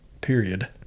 period